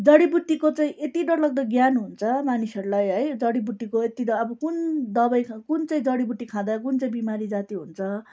जरीबुटीको चाहिँ यति डरलाग्दो ज्ञान हुन्छ मानिसहरूलाई है जरीबुटीको यतिको अब कुन दवाई कुन चाहिँ जरीबुटी खाँदा कुन चाहिँ बिमारी जाती हुन्छ